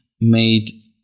made